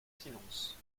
silence